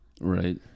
right